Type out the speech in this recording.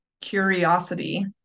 curiosity